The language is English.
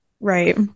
right